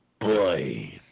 boy